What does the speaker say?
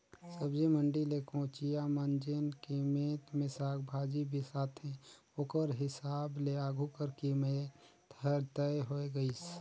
सब्जी मंडी ले कोचिया मन जेन कीमेत ले साग भाजी बिसाथे ओकर हिसाब ले आघु कर कीमेत हर तय होए गइस